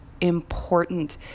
important